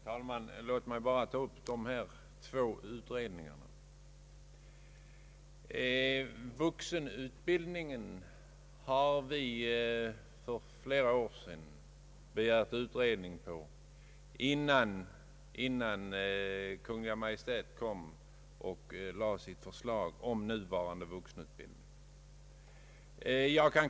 Herr talman! Låt mig ta upp frågan om de här två utredningarna. Vuxenutbildningen begärde vi utredning om för flera år sedan, innan Kungl. Maj:t kom med förslaget om den nuvarande vuxenutbildningen.